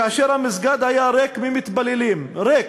כאשר המסגד היה ריק ממתפללים, ריק,